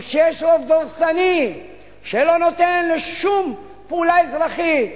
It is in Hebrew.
כי כשיש רוב דורסני שלא נותן לשום פעולה אזרחית,